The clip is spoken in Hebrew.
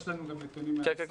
יש לנו גם נתונים מהמשרד.